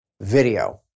video